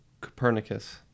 Copernicus